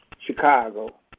Chicago